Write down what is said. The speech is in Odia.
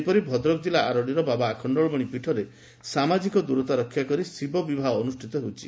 ସେହିପରି ଭଦ୍ରକ କିଲ୍ଲା ଆରଡ଼ିର ବାବା ଆଖ ସାମାଜିକ ଦୂରତା ରକ୍ଷାକରି ଶିବବିବାହ ଅନୁଷ୍ଠିତ ହେଉଛି